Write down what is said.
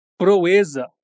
proeza